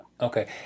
Okay